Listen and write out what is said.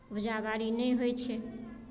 उपजा बाड़ी नहि होइत छै